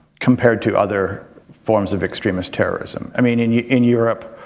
compared to other forms of extremist terrorism. i mean yeah in europe,